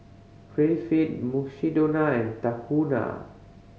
Prettyfit Mukshidonna and Tahuna